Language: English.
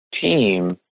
team